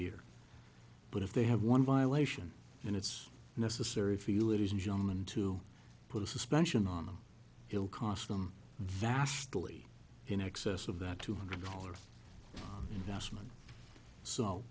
a year but if they have one violation and it's necessary for you it isn't jungmann to put a suspension on them it will cost them vastly in excess of that two hundred dollars investment so